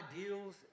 ideals